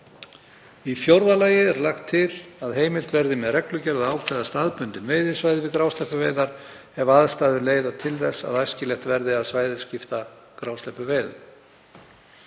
Í fjórða lagi er lagt til að heimilt verði með reglugerð að ákveða staðbundin veiðisvæði við grásleppuveiðar ef aðstæður leiða til þess að æskilegt verði að svæðisskipta grásleppuveiðum.